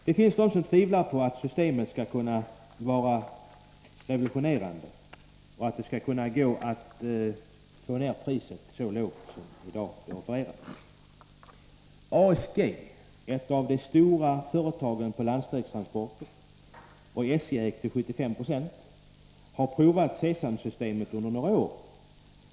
Det finns de som tvivlar på att systemet är revolutionerande och på att det skall kunna gå att få ned prisnivån till det låga pris som i dag offereras. ASG - ett av de stora företagen när det gäller landsvägstransporter och SJ-ägt till 75 920 — har provat C-samsystemet under några år.